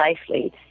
safely